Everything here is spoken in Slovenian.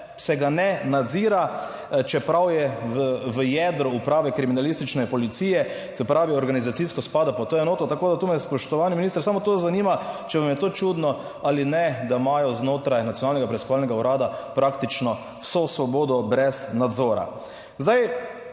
se ga ne nadzira, čeprav je v jedru Uprave kriminalistične policije. Se pravi, organizacijsko spada pod to enoto. Tako da tu me, spoštovani minister, samo to zanima, če vam je to čudno ali ne, da imajo znotraj Nacionalnega preiskovalnega urada praktično vso svobodo, brez nadzora.